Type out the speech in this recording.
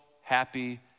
happy